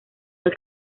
del